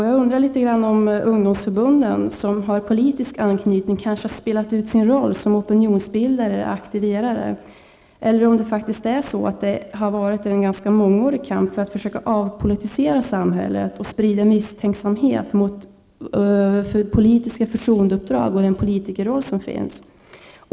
Jag undrar om ungdomsförbunden med politisk anknytning kanske har spelat ut sin roll som opinionsbildare eller aktiverare eller om det faktiskt under ganska många år har förts en kamp för att försöka avpolitisera samhället och sprida misstänksamhet mot politiska förtroendeuppdrag och den politikerroll som finns.